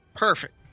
Perfect